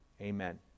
Amen